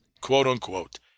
quote-unquote